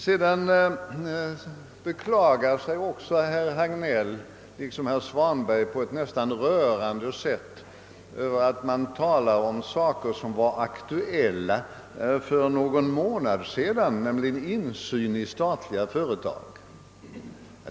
Vidare beklagar sig herr Hagnell liksom herr Svanberg på ett nästan rörande sätt över att man nu talar om en fråga som var aktuell för några månader sedan, nämligen insynen i statliga företag.